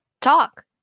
Talk